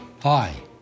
Hi